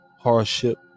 hardship